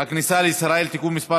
הכניסה לישראל (תיקון מס'